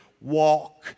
walk